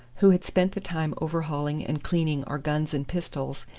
who had spent the time overhauling and cleaning our guns and pistols,